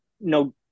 no